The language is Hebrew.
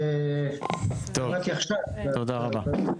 טוב, תודה רבה.